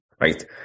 right